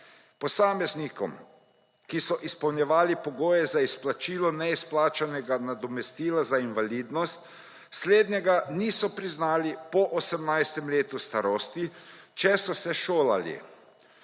posameznikom, ki so izpolnjevali pogoje za izplačilo neizplačanega nadomestila za invalidnost, slednjega niso priznali po 18. letu starosti, če so se šolali.